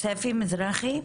ספי מזרחי,